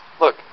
look